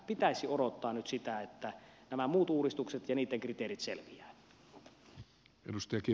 pitäisi odottaa nyt sitä että nämä muut uudistukset ja niitten kriteerit selviävät